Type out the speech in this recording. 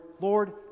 Lord